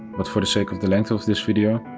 but for the sake of the length of this video,